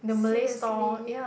seriously